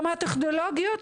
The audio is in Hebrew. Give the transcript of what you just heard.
גם הטכנולוגיות,